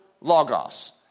logos